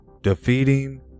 defeating